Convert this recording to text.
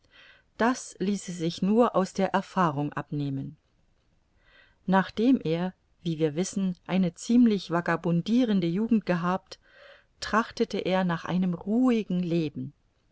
das ließe sich nur aus der erfahrung abnehmen nachdem er wie wir wissen eine ziemlich vagabundirende jugend gehabt trachtete er nach einem ruhigen leben